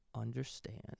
understand